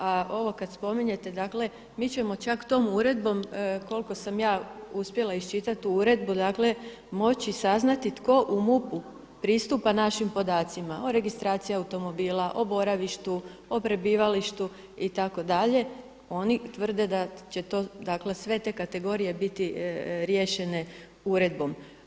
A ovo kada spominjete dakle mi ćemo čak tom uredbom koliko sam ja uspjela iščitati tu uredbu moći saznati tko u MUP-u pristupa našim podacima o registraciji automobila, o boravištu, o prebivalištu itd. oni tvrde da će sve te kategorije biti riješene uredbom.